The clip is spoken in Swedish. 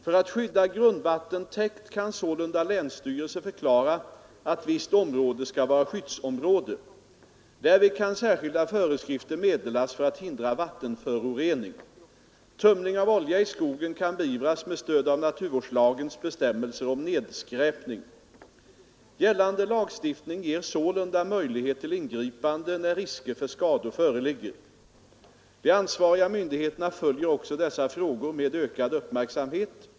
För att skydda grundvattentäkt kan sålunda länsstyrelse förklara att: visst område skall vara skyddsområde. Därvid kan särskilda föreskrifter meddelas för att hindra vattenförorening. Tömning av olja i skogen kan beivras med stöd av naturvårdslagens bestämmelser om nedskräpning. Gällande lagstiftning ger sålunda möjlighet till ingripande när risker för skador föreligger. De ansvariga myndigheterna följer också dessa frågor med ökad uppmärksamhet.